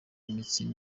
imitsi